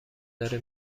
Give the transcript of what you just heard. داره